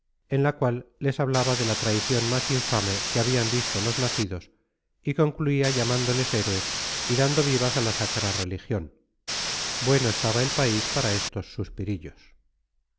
en la cual les hablaba de la traición más infame que habían visto los nacidos y concluía llamándoles héroes y dando vivas a la sacra religión bueno estaba el país para estos suspirillos